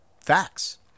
facts